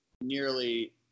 nearly